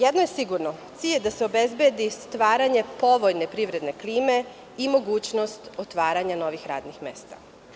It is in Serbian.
Jedno je sigurno, cilj je da se obezbedi stvaranje povoljne privredne klime i mogućnost otvaranja novih radnih mesta.